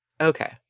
Okay